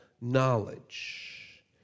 knowledge